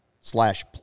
Slash